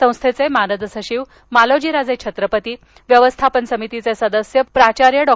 संस्थेचे मानद सचिव मालोजीराजे छत्रपती व्यवस्थापन समितीचे सदस्य प्राचार्य डॉ